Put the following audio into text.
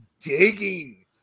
digging